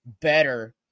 Better